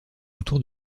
autour